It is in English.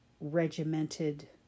regimented